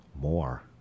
MORE